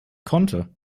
konnte